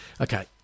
Okay